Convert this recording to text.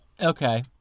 Okay